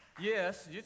Yes